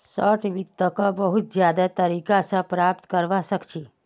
short वित्तक बहुत ज्यादा तरीका स प्राप्त करवा सख छी